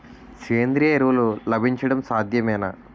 సేంద్రీయ ఎరువులు లభించడం సాధ్యమేనా?